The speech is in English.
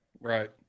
right